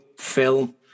film